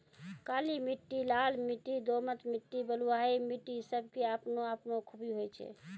काली मिट्टी, लाल मिट्टी, दोमट मिट्टी, बलुआही मिट्टी सब के आपनो आपनो खूबी होय छै